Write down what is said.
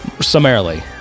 summarily